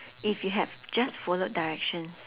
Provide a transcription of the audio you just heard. if you had just followed directions